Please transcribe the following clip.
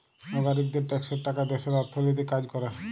লাগরিকদের ট্যাক্সের টাকা দ্যাশের অথ্থলৈতিক কাজ ক্যরে